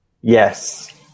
yes